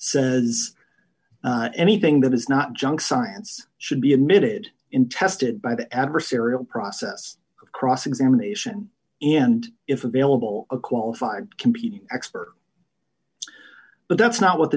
says anything that is not junk science should be admitted in tested by the adversarial process of cross examination and if available a qualified competing expert but that's not what the